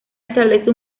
establece